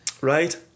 Right